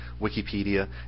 Wikipedia